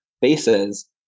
faces